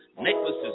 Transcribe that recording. necklaces